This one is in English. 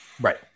Right